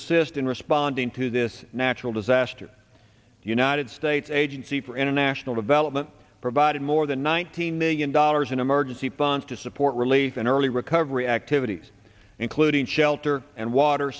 assist in responding to this natural disaster the united states agency for international development provided more than one hundred million dollars in emergency funds to support relief and early recovery activities including shelter and water